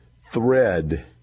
thread